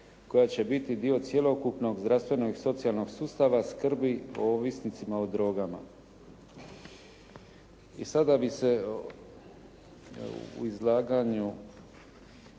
koja će biti dio cjelokupnog zdravstvenog i socijalnog sustava, skrbi o ovisnicima o drogama. I sada bih se u izlaganju